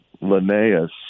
linnaeus